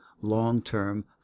long-term